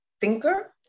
thinker